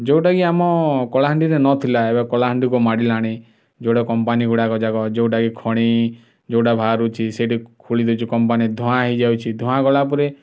ଯେଉଁଟାକି ଆମ କଳାହାଣ୍ଡିରେ ନଥିଲା କଳାହାଣ୍ଡିକୁ ମାଡ଼ିଲାଣି ଯେଉଁଟା କମ୍ପାନୀ ଗୁଡ଼ାକ ଯାକ ଯେଉଁଟାକି ଖଣି ଯେଉଁଟା ବାହାରୁଛି ସେଇଟି ଖୁଳି ଦେଉଛ କମ୍ପାନୀ ଧୂଆଁ ହେଇଯାଉଛି ଧୂଆଁ ଗଲାପରେ